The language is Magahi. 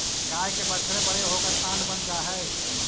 गाय के बछड़े बड़े होकर साँड बन जा हई